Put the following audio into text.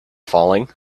failing